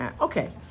okay